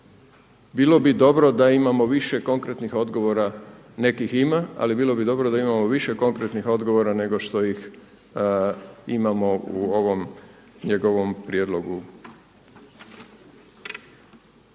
bilo bi dobro da imamo više konkretnih odgovora, neka ih ima, ali bilo bi dobro da imamo više konkretnih odgovora nego što ih imamo u ovom njegovom prijedlogu